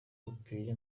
ruteye